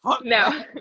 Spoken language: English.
No